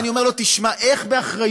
ואני אומר לו: איך באחריות